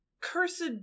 cursed